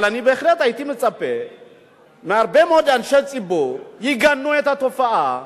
אבל אני בהחלט הייתי מצפה מהרבה מאוד אנשי ציבור שיגנו את התופעה,